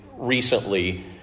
recently